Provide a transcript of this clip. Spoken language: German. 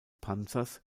panzers